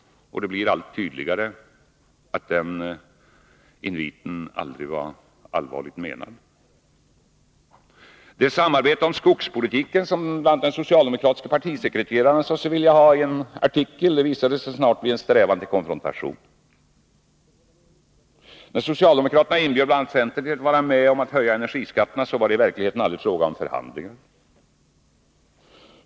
Det blir allt tydligare att den inviten aldrig var allvarligt menad. Det samarbete om skogspolitiken som bl.a. den socialdemokratiske partisekreteraren i en artikel sade sig vilja ha visade sig snart bli en strävan till konfrontation. När socialdemokraterna inbjöd bl.a. centern till att vara med om att höja energiskatterna, så var det i verkligheten aldrig fråga om förhandlingar.